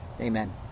Amen